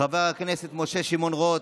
חבר הכנסת משה שמעון רוט,